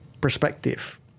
perspective